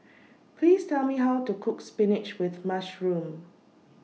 Please Tell Me How to Cook Spinach with Mushroom